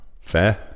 Fair